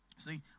See